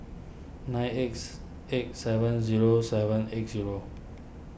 nine eight eight seven zero seven eight zero